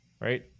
right